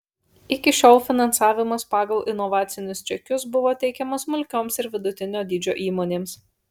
iki šiol finansavimas pagal inovacinius čekius buvo teikiamas smulkioms ir vidutinio dydžio įmonėms